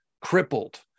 crippled